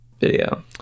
video